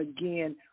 again